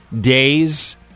days